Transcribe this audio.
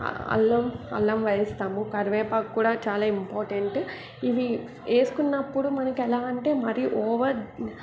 అల్లం అల్లం వేయిస్తాము కరివేపాకు కూడా చాలా ఇంపార్టెంట్ ఇవి వేసుకున్నప్పుడు మనకు ఎలా అంటే మరీ ఓవర్